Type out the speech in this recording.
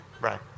Right